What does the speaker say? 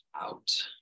out